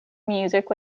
music